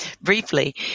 briefly